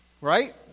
Right